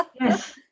Yes